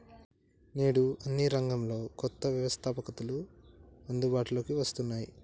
నేడు అన్ని రంగాల్లో కొత్త వ్యవస్తాపకతలు అందుబాటులోకి వస్తున్నాయి